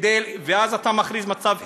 אז אתה מכריז מצב חירום,